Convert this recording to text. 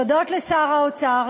תודות לשר האוצר,